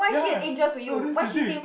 ya lah no that's the thing